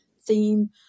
theme